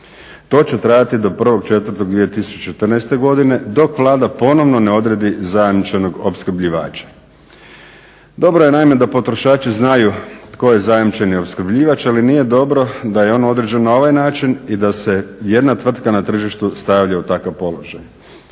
To će trajati do 1.4.2014. godine dok Vlada ponovno ne odredi zajamčenog opskrbljivača. Dobro je naime da potrošači znaju tko je zajamčeni opskrbljivač ali nije dobro da je on određen na ovaj način i da se jedna tvrtka na tržištu stavlja u takav položaj.